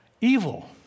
Evil